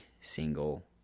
single